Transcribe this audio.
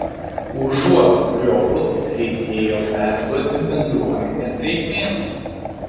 užuot griovus reikėjo perduoti bendruomenės reikmėms